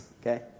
Okay